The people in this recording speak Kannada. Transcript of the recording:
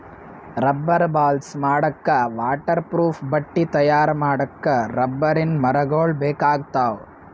ರಬ್ಬರ್ ಬಾಲ್ಸ್ ಮಾಡಕ್ಕಾ ವಾಟರ್ ಪ್ರೂಫ್ ಬಟ್ಟಿ ತಯಾರ್ ಮಾಡಕ್ಕ್ ರಬ್ಬರಿನ್ ಮರಗೊಳ್ ಬೇಕಾಗ್ತಾವ